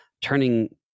turning